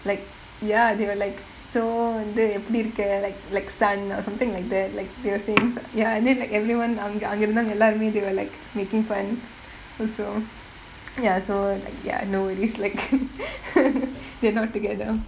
like ya they were like so வந்து எப்படி இருக்க:vanthu eppadi irukka like like son or something like that like they were saying ya and then like everyone அங்க இருந்த எல்லோருமே:anga iruntha ellaarumae they were like making fun also ya so like ya no way it's like they're not together